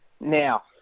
Now